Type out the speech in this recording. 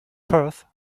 perth